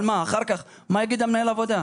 אבל מה אחר כך יגיד מנהל העבודה?